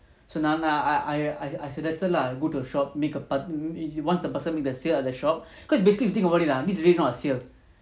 so நான் I I suggested lah go to shop make a once the person make the sale of the shop because basically if you think about it ah this is really not a sale